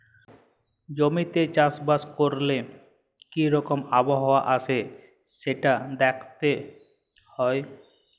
জমিতে চাষ বাস ক্যরলে কি রকম আবহাওয়া আসে সেটা দ্যাখতে হ্যয়